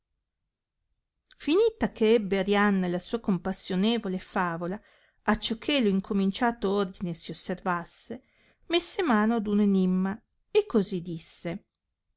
finita che ebbe arianna la sua compassionevole favola acciò che lo incominciato ordine si osservasse messe mano ad uno enimma e così disse